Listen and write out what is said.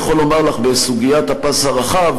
אני יכול לומר לך בסוגיית הפס הרחב,